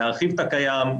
להרחיב את הקיים,